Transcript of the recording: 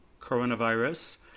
coronavirus